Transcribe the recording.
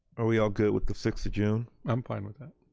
are we all good with the sixth of june? i'm fine with that.